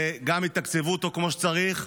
וגם יתקצבו אותו כמו שצריך.